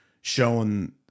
showing